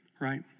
right